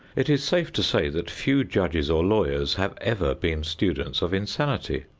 it is safe to say that few judges or lawyers have ever been students of insanity,